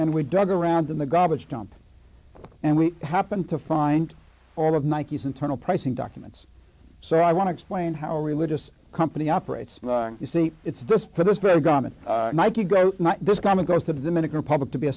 and we dug around in the garbage dump and we happened to find all of nike's internal pricing documents so i want to explain how a religious company operates you see it's this for this program and this kind of goes to the dominican republic to be a